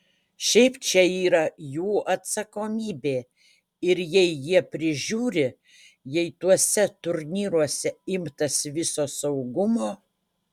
šiaip čia yra jų atsakomybė ir jei jie prižiūri jei tuose turnyruose imtasi viso saugumo